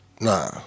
nah